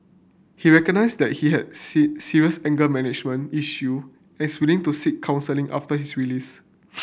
he recognise that he has serious anger management issue and is willing to seek counselling after his release